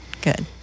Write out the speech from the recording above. Good